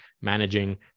managing